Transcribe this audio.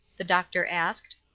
the doctor asked.